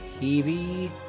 TV